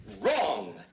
Wrong